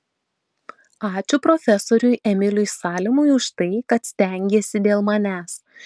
ačiū profesoriui emiliui salimui už tai kad stengėsi dėl manęs